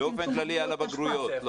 באופן כללי על הבגרויות.